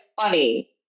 funny